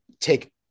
take